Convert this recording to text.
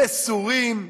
מסורים,